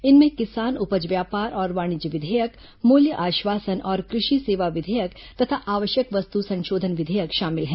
इनमें किसान उपज व्यापार और वाणिज्य विधेयक मूल्य आश्वासन और कृषि सेवा विधेयक तथा आवश्यक वस्तु संशोधन विधेयक शामिल हैं